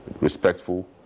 respectful